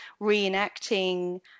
reenacting